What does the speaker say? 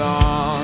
on